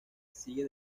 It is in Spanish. sigue